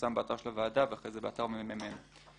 שיפורסם באתר הוועדה ואחר כך באתר מרכז המחקר והמידע.